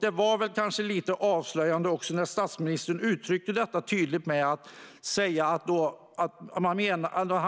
Det var kanske lite avslöjande när statsministern uttryckte detta tydligt då han menade